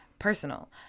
personal